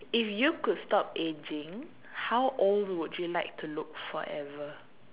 if you could stop aging how old would you like to look forever